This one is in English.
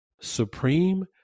supreme